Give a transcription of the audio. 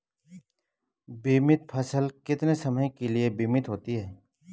बीमित फसल कितने समय के लिए बीमित होती है?